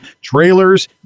trailers